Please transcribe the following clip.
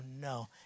no